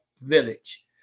village